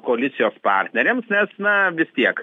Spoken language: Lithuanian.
koalicijos partneriams nes na vis tiek